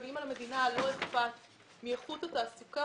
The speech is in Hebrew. אם למדינה לא אכפת מאיכות התעסוקה,